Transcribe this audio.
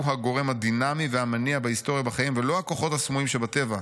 הוא הגורם הדינמי והמניע בהיסטוריה ובחיים ולא הכוחות הסמויים שבטבע: